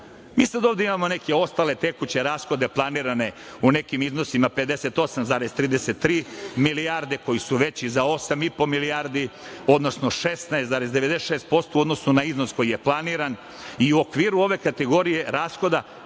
sad ovde imamo neke ostale tekuće rashode, planirane u nekim iznosima od 58,33 milijarde, koji su veći za 8,5 milijardi, odnosno 16,96% u odnosu na iznos koji je planiran i u okviru ove kategorije rashoda